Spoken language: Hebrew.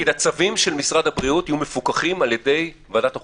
בוא נגיד: הצווים של משרד הבריאות יהיו מפוקחים על ידי ועדת החוקה,